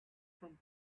from